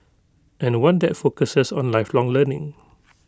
and one that focuses on lifelong learning